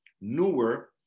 newer